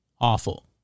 awful